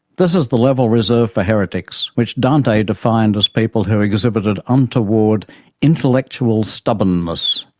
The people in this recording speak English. this is the level reserved for heretics, which dante defined as people who exhibited untoward intellectual stubbornness,